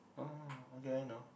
orh okay I know